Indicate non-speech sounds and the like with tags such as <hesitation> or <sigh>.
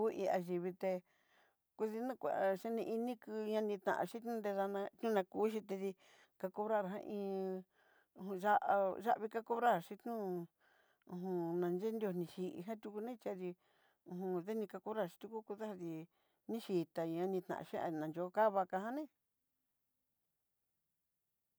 Ohía xhí vité kudí nakuá xhini ini kuñá, ñanitanxhí nridaná ñuná kú xhité ka cobrar ná iin, hon yá yavi ka cobrar xhí ño'o uj <hesitation> na yé nrió ni xhí já xhíu ni xadí uj <hesitation> nani ká cobrar xhí tukú kudadí ni xhitañan, nitaxhía ná yo'o kavaa kaníi.